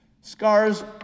Scars